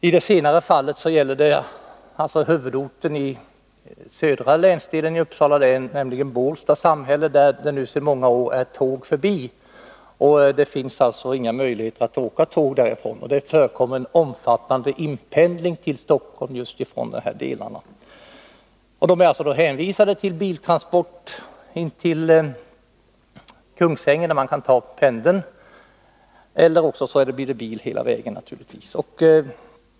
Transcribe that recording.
I det senare fallet gäller det huvudorten i södra delen av Uppsala län, nämligen Bålsta samhälle, där det sedan många år är ”tåg förbi”. Det finns alltså inga möjligheter att åka tåg därifrån. Det förekommer en omfattande inpendling till Stockholm just från dessa delar. Människorna där är alltså hänvisade till biltransporter till Kungsängen, varifrån de kan ta pendeln, eller också blir det att åka bil hela vägen, naturligtvis.